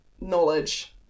knowledge